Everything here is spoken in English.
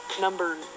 number